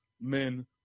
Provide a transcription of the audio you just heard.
men